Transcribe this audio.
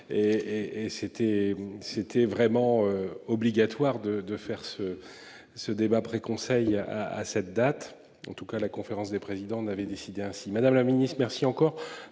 c'était vraiment obligatoire de, de faire ce. Ce débat près conseille à à cette date. En tout cas la conférence des présidents en avait décidé ainsi Madame la Ministre merci encore